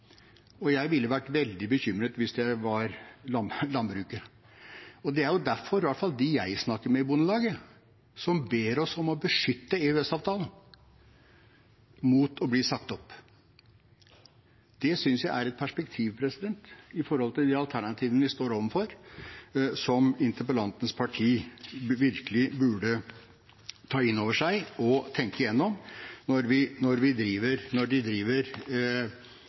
Jeg ville vært veldig bekymret hvis jeg var landbruket. Det er jo derfor Bondelaget, i hvert fall de jeg snakker med der, ber oss om å beskytte EØS-avtalen mot å bli sagt opp. Det synes jeg er et perspektiv – når det gjelder de alternativene vi står overfor – som interpellantens parti virkelig burde ta inn over seg og tenke igjennom når